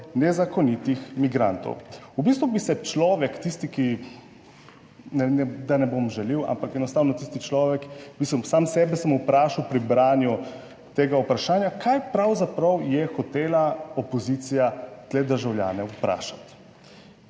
nezakonitih migrantov. V bistvu bi se človek, tisti, ki, da ne bom žalil, ampak enostavno tisti človek, v bistvu sam sebe sem vprašal pri branju tega vprašanja, kaj pravzaprav je hotela opozicija te državljane vprašati.